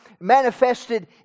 manifested